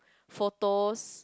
photos